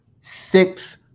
Six